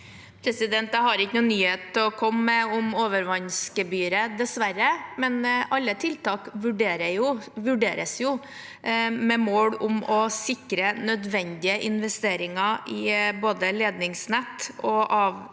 Jeg har ikke noen nyhet å komme med om overvannsgebyret, dessverre. Men alle tiltak vurderes jo med mål om å sikre nødvendige investeringer i både ledningsnett og